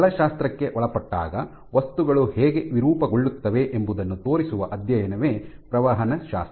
ಬಲಶಾಸ್ತ್ರಕ್ಕೆ ಒಳಪಟ್ಟಾಗ ವಸ್ತುಗಳು ಹೇಗೆ ವಿರೂಪಗೊಳ್ಳುತ್ತವೆ ಎಂಬುದನ್ನು ತೋರಿಸುವ ಅಧ್ಯಯನವೇ ಪ್ರವಹನಶಾಸ್ತ್ರ